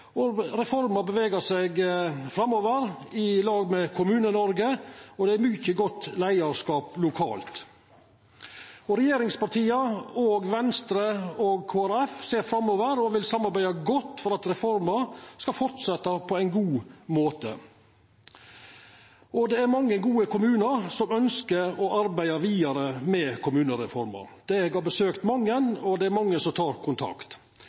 Reforma bevegar seg framover i lag med Kommune-Noreg, og det er mykje godt leiarskap lokalt. Regjeringspartia, Venstre og Kristeleg Folkeparti ser framover og vil samarbeida godt for at reforma skal fortsetja på ein god måte. Det er mange gode kommunar som ønskjer å arbeida vidare med kommunereforma. Eg har besøkt mange, og det er mange som tek kontakt.